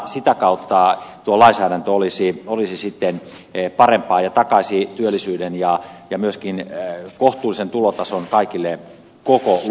sitä kautta tuo lainsäädäntö olisi sitten parempaa ja takaisi työllisyyden ja myöskin kohtuullisen tulotason kaikille kokoluokille